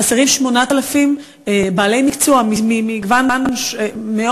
חסרים 8,000 בעלי מקצוע ממגוון מאוד